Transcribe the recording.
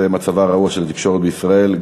מצבה הרעוע של התקשורת בישראל,